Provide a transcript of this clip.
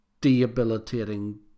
debilitating